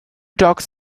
dogs